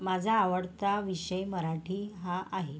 माझा आवडता विषय मराठी हा आहे